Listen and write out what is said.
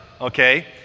okay